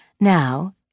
Now